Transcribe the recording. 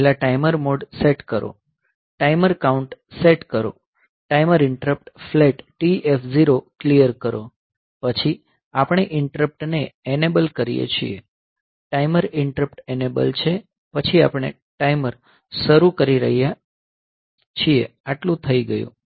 પહેલા timer mode set કરો timer count set કરો timer interrupt flag TF0 clear કરો પછી આપણે ઈન્ટરપ્ટને એનેબલ કરીએ છીએ ટાઈમર ઈન્ટરપ્ટ એનેબલ છે પછી આપણે ટાઈમર શરૂ કરી રહ્યા છીએ આટલું થઈ ગયું